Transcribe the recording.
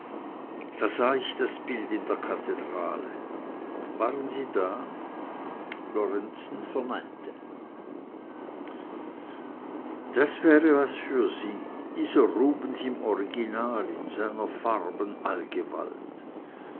da sah ich das bild in der kathedrale waren sie da lorenzen verneinte das wäre was für sie dieser rubens im original in seiner farbenallgewalt